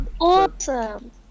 Awesome